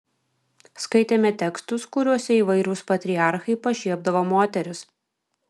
skaitėme tekstus kuriuose įvairūs patriarchai pašiepdavo moteris